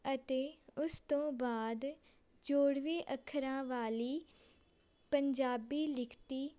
ਅਤੇ ਉਸ ਤੋਂ ਬਾਅਦ ਜੋੜਵੇਂ ਅੱਖਰਾਂ ਵਾਲੀ ਪੰਜਾਬੀ ਲਿਖਤੀ